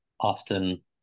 Often